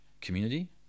community